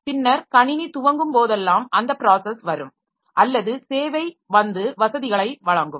பின்னர் கணினி துவங்கும் போதெல்லாம் அந்த ப்ராஸஸ் வரும் அல்லது சேவை வந்து வசதிகளை வழங்கும்